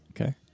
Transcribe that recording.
Okay